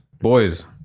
Boys